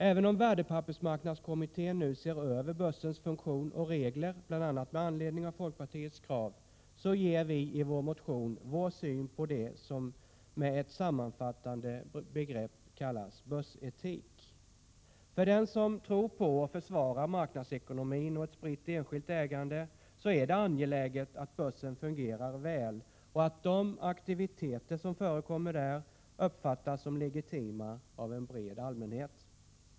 Även om värdepappersmarknadskommittén nu ser över börsens funktion och regler, bl.a. med anledning av folkpartiets krav, ger vi i vår motion vår syn på det som med ett sammanfattande begrepp kallas börsetik. För den som tror på och försvarar marknadsekonomin och ett spritt enskilt ägande är det angeläget att börsen fungerar väl och att de aktiviteter som förekommer där uppfattas som legitima av en bred allmänhet.